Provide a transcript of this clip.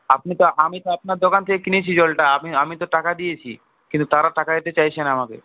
আপনি তো আমি তো আপনার দোকান থেকে কিনেছি জলটা আমি আমি তো টাকা দিয়েছি কিন্তু তারা টাকা দিতে চাইছে না আমাকে